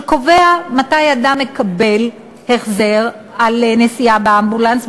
שקובע מתי אדם מקבל החזר על נסיעה באמבולנס,